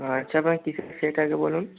আচ্ছা ভাই কীসের সেট আগে বলুন